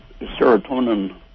serotonin